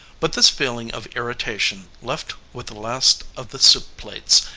but this feeling of irritation left with the last of the soup-plates,